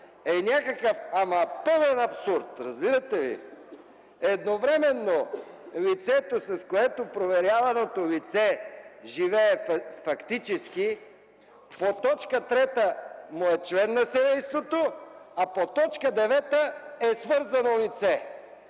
е някакъв – ама, пълен абсурд! Разбирате ли? Едновременно лицето, с което проверяваното лице живее фактически, по т. 3 му е член на семейството, а по т. 9 е свързано лице.